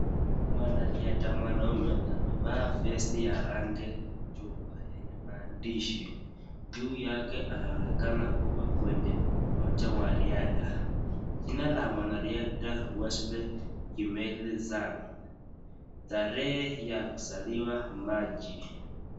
Mwanariadha mwanaume amevaa vesti ya rangi chungwa yenye maandishi. Juu yake anaonekana kuwa kwenye uwanja wa riadha. Jina la mwanariadha Washle Kimele Zang. Tarehe ya kuzaliwa Machi.